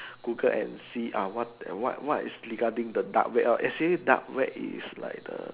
Google and see uh what what what is regarding the dark web lor actually dark web is like the